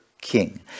King